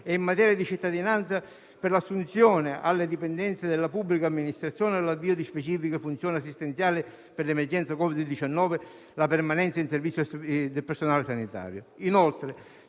e in materia di cittadinanza e, per l'assunzione alle dipendenze della pubblica amministrazione, l'avvio di specifica funzione assistenziale per l'emergenza Covid-19 e la permanenza in servizio del personale sanitario.